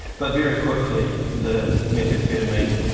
but very quickly the methamphetamine,